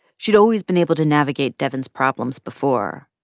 she'd always been able to navigate devyn's problems before.